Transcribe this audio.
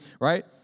right